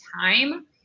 time